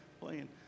playing